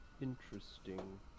Interesting